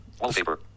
Wallpaper